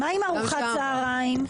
מה עם ארוחת צהריים?